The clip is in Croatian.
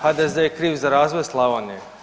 HDZ je kriv za razvoj Slavonije.